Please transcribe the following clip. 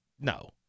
no